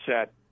set